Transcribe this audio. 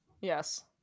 yes